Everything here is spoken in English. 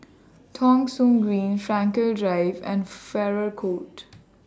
Thong Soon Green Frankel Drive and Farrer Court